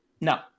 No